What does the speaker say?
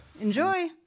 Enjoy